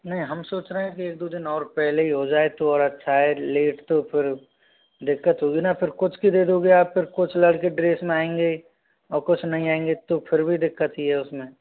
नहीं हम सोच रहे हैं कि एक दो दिन और पहले ही हो जाए तो और अच्छा है लेट तो फिर दिक्कत होगी ना फिर कुछ की दे दोंगे आप फिर कुछ लड़के ड्रेस में आएंगे और कुछ नहीं आएंगे तो फिर भी दिक्कत ही है उसमें